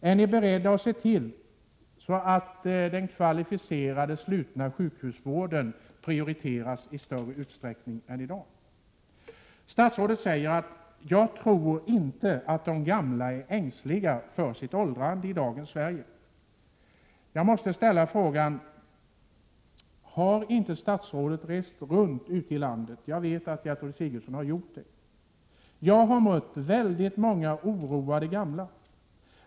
Är ni beredda att se till att den kvalificerade slutna sjukhusvården prioriteras i större utsträckning än i dag? Statsrådet säger att hon inte tror att de gamla är ängsliga över att åldras i dagens Sverige. Jag måste då ställa frågan: Har inte statsrådet rest runt ute i landet? Jag vet ju att Gertrud Sigurdsen har gjort det. Jag har mött väldigt många oroade gamla.